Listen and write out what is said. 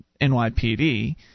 NYPD